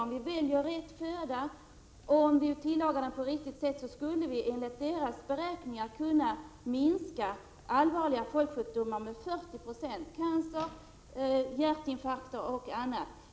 Om vi väljer rätt föda och tillagar den på rätt sätt skulle vi, enligt cancerkommitténs beräkningar, kunna minska allvarliga folksjukdomar med 40 96, bl.a. cancer och hjärtinfarkt.